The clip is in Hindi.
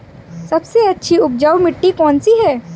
सबसे अच्छी उपजाऊ मिट्टी कौन सी है?